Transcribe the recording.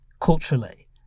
culturally